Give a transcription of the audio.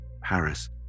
Paris